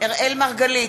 אראל מרגלית,